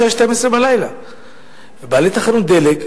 בשעה 24:00. בעלי תחנות דלק,